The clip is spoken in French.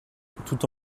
tout